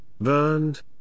burned